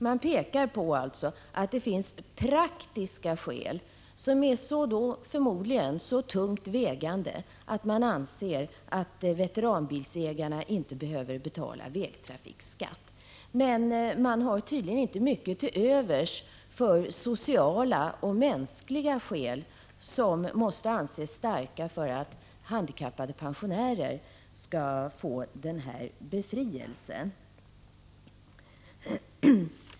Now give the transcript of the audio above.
Man pekar på att det finns praktiska skäl — som förmodligen är tungt vägande — för att veteranbilsägarna inte skall behöva betala vägtrafikskatt, men man har tydligen inte mycket till övers för sociala och mänskliga skäl, som måste anses starka, för att handikappade pensionärer skall få denna befrielse.